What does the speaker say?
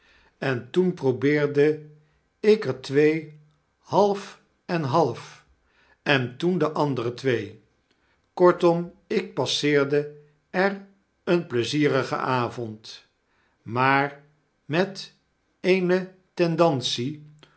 en toen probeerde ik er twee half en half en toen de andere twee kortom ik passeerde er een pleizierigen avond maar met eenetendancie om te